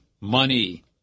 Money